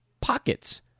pockets